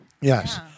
yes